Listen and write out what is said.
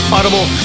Audible